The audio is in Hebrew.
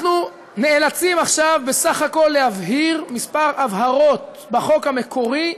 אנחנו נאלצים עכשיו בסך הכול להבהיר כמה הבהרות בחוק המקורי,